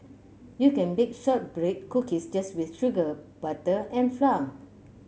you can bake shortbread cookies just with sugar butter and flour